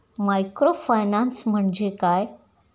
Microfinance म्हणजे काय?